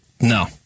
No